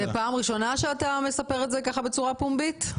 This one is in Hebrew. זאת הפעם הראשונה שאתה מספר את זה בצורה פומבית?